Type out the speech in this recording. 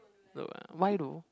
don't want why though